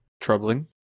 Troubling